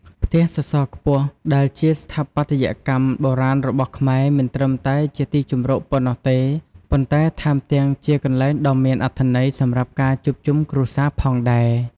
ផ្ទះសសរខ្ពស់ ដែលជាស្ថាបត្យកម្មបុរាណរបស់ខ្មែរ មិនត្រឹមតែជាទីជម្រកប៉ុណ្ណោះទេ ប៉ុន្តែថែមទាំងជាកន្លែងដ៏មានអត្ថន័យសម្រាប់ការជួបជុំគ្រួសារផងដែរ។